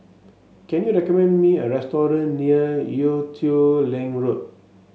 can you recommend me a restaurant near Ee Teow Leng Road